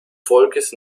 volkes